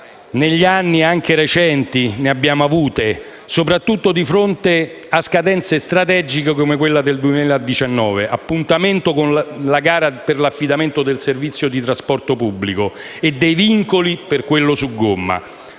negli anni, anche recenti, ne abbiamo viste continuamente, soprattutto di fronte a scadenze strategiche come quella del 2019, appuntamento con la gara per l'affidamento del servizio di trasporto pubblico e dei vincoli per quello su gomma.